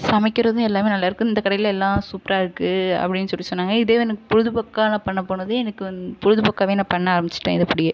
சமைக்கறதும் எல்லாமே நல்லாருக்கு இந்த கடையில் எல்லாம் சூப்பரா இருக்கு அப்படின் சொல்லிட்டு சொன்னாங்க இதே எனக்கு பொழுது போக்காக நான் பண்ண போனது எனக்கு வந்து பொழுதுபோக்காகவே நான் பண்ண ஆரம்பிச்சுட்டேன் இதை அப்படியே